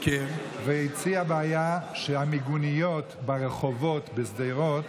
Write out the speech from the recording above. והציגה בעיה שהמיגוניות ברחובות בשדרות,